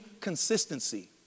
consistency